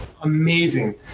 amazing